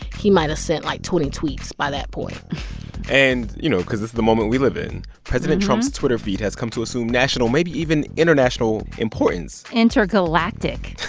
he might have sent, like, twenty tweets by that point and, you know, because it's the moment we live in, president trump's twitter feed has come to assume national, maybe even international, importance. intergalactic,